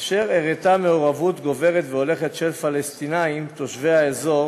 אשר הראתה מעורבות גוברת והולכת של פלסטינים תושבי האזור